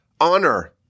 honor